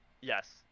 Yes